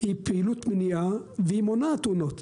היא פעילות מניעה והיא מונעת תאונות,